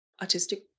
artistic